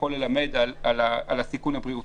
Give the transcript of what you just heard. כן יכול ללמד על הסיכון הבריאותי.